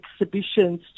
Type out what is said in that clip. exhibitions